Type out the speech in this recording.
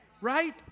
Right